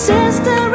Sister